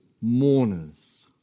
mourners